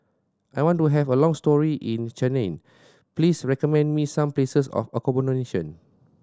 I want to have a long stay in Cayenne please recommend me some places for accommodation